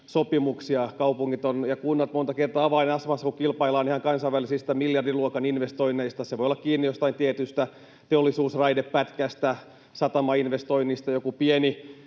sopimuksia. Kaupungit ja kunnat ovat monta kertaa avainasemassa, kun kilpaillaan ihan kansainvälisistä miljardiluokan investoinneista. Se voi olla kiinni jostain tietystä teollisuusraidepätkästä, satamainvestoinnista, joku pienehkö